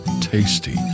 tasty